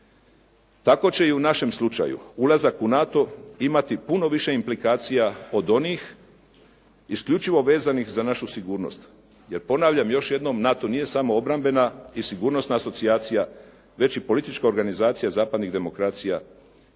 Tako će i u našem slučaju ulazak u NATO imati puno više implikacija od onih isključivo vezanih za našu sigurnost jer ponavljam još jednom, NATO nije samo obrambena i sigurnosna asocijacija, već i politička organizacija zapadnih demokracija